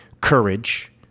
courage